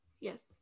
Yes